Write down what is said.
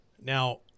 Now